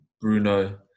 Bruno